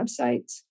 websites